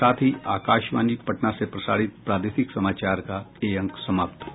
इसके साथ ही आकाशवाणी पटना से प्रसारित प्रादेशिक समाचार का ये अंक समाप्त हुआ